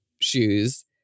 shoes